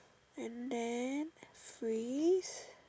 and then free